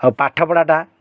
ଆଉ ପାଠପଢ଼ା ଟା